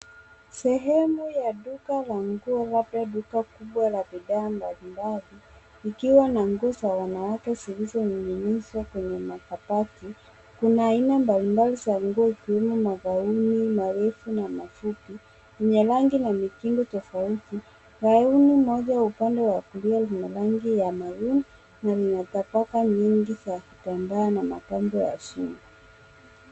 Sehemu ya duka la nguo labda duka kubwa la bidhaa mbalimbali, ikiwa na nguo za wanawake zilizoning'inizwa kwenye makabati. Kuna aina mbalimbali za nguo ikiwemo magauni marefu, na masuti, yenye rangi na mitindo tofauti. Gauni moja upande wa kulia lina rangi ya maroon , na lina tabaka nyingi za kitambaa na mapambo ya shingo.